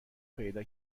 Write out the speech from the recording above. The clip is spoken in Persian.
پیدا